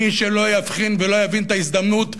מי שלא יבחין ולא יבין את ההזדמנות הזאת,